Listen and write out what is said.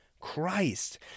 Christ